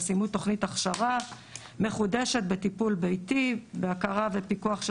או סיימו תוכנית הכשרה מחודשת בטיפול ביתי בהכרה ופיקוח של